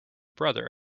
brother